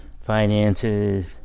finances